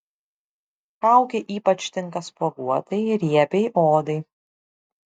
kaukė ypač tinka spuoguotai riebiai odai